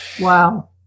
Wow